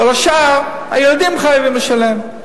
ואת כל השאר הילדים חייבים לשלם.